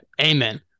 Amen